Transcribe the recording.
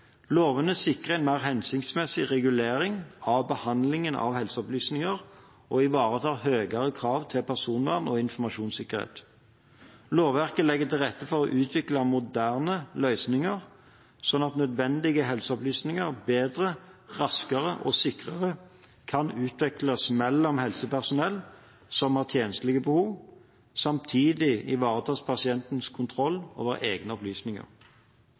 Lovene sikrer en mer hensiktsmessig regulering av behandlingen av helseopplysninger og ivaretar høyere krav til personvern og informasjonssikkerhet. Lovverket legger til rette for å utvikle moderne løsninger, slik at nødvendige helseopplysninger bedre, raskere og sikrere kan utveksles mellom helsepersonell som har tjenstlig behov. Samtidig ivaretas pasientenes kontroll over egne opplysninger.